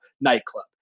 nightclub